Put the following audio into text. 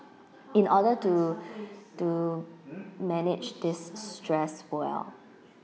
in order to to manage this stress well